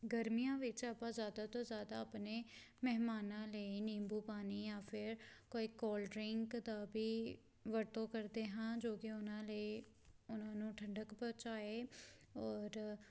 ਗਰਮੀਆਂ ਵਿੱਚ ਆਪਾਂ ਜ਼ਿਆਦਾ ਤੋਂ ਜ਼ਿਆਦਾ ਆਪਣੇ ਮਹਿਮਾਨਾਂ ਲਈ ਨਿੰਬੂ ਪਾਣੀ ਜਾਂ ਫਿਰ ਕੋਈ ਕੋਲਡ ਡਰਿੰਕ ਦਾ ਵੀ ਵਰਤੋਂ ਕਰਦੇ ਹਾਂ ਜੋ ਕਿ ਉਹਨਾਂ ਲਈ ਉਹਨਾਂ ਨੂੰ ਠੰਡਕ ਪਹੁੰਚਾਏ ਔਰ